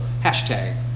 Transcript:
hashtag